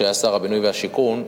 כשהיה שר הבינוי והשיכון,